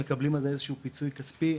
ומקבלים על זה איזשהו פיצוי כספי,